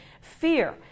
Fear